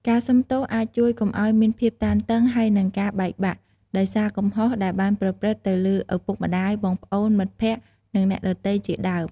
ការសុំទោសអាចជួយ កុំឲ្យមានភាពតានតឹង ហើយនិងការបែកបាក់ ដោយសារកំហុសដែលបានប្រព្រឹត្តទៅលើ ឪពុកម្ដាយ បងប្អូន មិត្តភក្តិ និងអ្នកដទៃជាដើម។